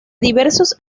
diversos